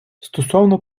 стосовно